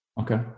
okay